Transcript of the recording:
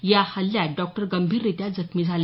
या हल्ल्यात डॉक्टर गंभीररित्या जखमी झाले